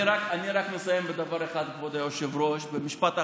אני מסיים בדבר אחד, כבוד היושב-ראש, במשפט אחרון.